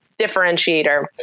differentiator